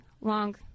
long